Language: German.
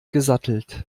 gesattelt